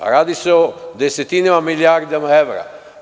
Radi se o desetinama milijardama evra.